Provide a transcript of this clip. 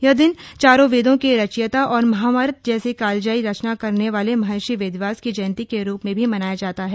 यह दिन चारों वेदों के रचयिता और महाभारत जैसे कालजई रचना करने वाले महर्षि वेदव्यास की जयंती के रूप में भी मनाया जाता है